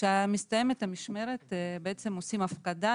כשמסתיימת המשמרת עושים הפקדה,